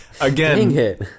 again